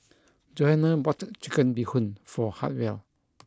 Johana bought Chicken Bee Hoon for Hartwell